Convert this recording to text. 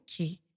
Okay